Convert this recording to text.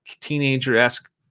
teenager-esque